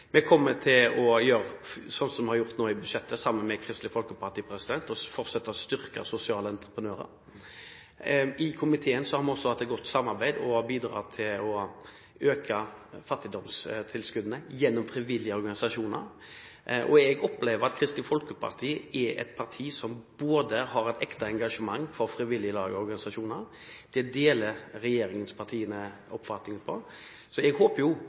Vi kommer til å gjøre som vi har gjort i budsjettet sammen med Kristelig Folkeparti og Venstre, og fortsette å styrke sosiale entreprenører. I komiteen har vi også hatt et godt samarbeid, og vi har bidratt til å øke fattigdomstilskuddene gjennom frivillige organisasjoner. Jeg opplever at Kristelig Folkeparti er et parti som har et ekte engasjement for frivillige lag og organisasjoner. Det engasjementet deler